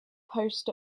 post